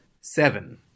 Seven